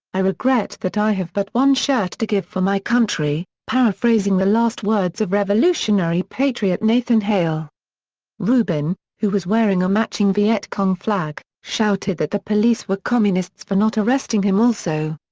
i regret that i have but one shirt to give for my country, paraphrasing the last words of revolutionary patriot nathan hale rubin, who was wearing a matching viet cong flag, shouted that the police were communists for not arresting him also.